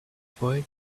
boy